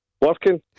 Working